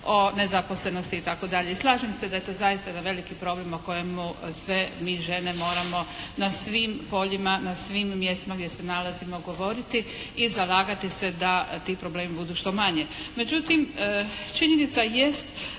o nezaposlenosti itd. i slažem se da je to zaista jedan veliki problem o kojem sve mi žene moramo na svim poljima, na svim mjestima gdje se nalazimo govoriti i zalagati se da ti problemi što manji.